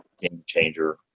game-changer